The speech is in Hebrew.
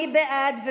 מי בעד?